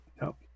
Nope